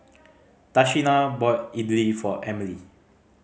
Tashina bought Idili for Emelie